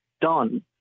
done